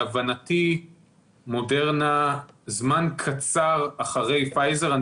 להבנתי מודרנה זמן קצר אחרי פייזר.